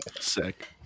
Sick